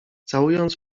całując